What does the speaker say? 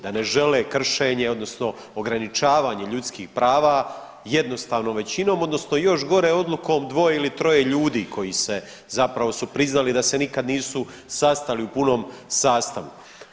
Da ne žele kršenje odnosno ograničavanje ljudskih prava jednostavnom većinom odnosno još gore odlukom dvoje ili troje ljudi koji se, zapravo su priznali da se nikad nisu sastali u punom sastavu.